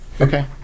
Okay